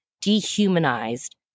dehumanized